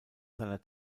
seiner